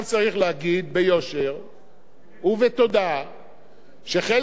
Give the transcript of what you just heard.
ובתודעה שחלק גדול מהקהילה הבין-לאומית הבין את הדבר,